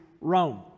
Rome